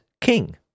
king